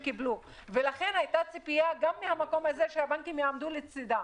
לכן הייתה ציפייה גם מהמקום הזה שהבנקים יעמדו לצידם,